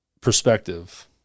perspective